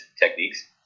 techniques